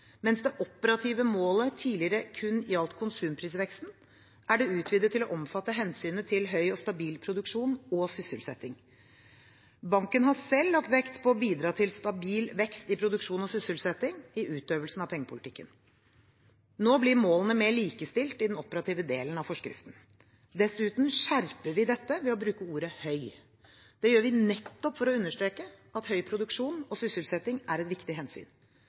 Mens det operative målet tidligere kun gjaldt konsumprisveksten, er det utvidet til å omfatte hensynet til høy og stabil produksjon og sysselsetting. Banken har selv lagt vekt på å bidra til stabil vekst i produksjon og sysselsetting i utøvelsen av pengepolitikken. Nå blir målene mer likestilt i den operative delen av forskriften. Dessuten skjerper vi dette ved å bruke ordet «høy». Det gjør vi nettopp for å understreke at høy produksjon og sysselsetting er et viktig hensyn.